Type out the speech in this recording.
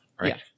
Right